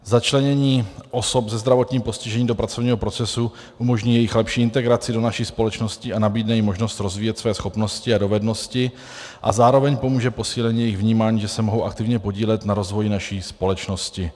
Začlenění osob se zdravotním postižením do pracovního procesu umožní jejich lepší integraci do naší společnosti a nabídne jim možnost rozvíjet své schopnosti a dovednosti a zároveň pomůže posílení jejich vnímání, že se mohou aktivně podílet na rozvoji naší společnosti.